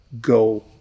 go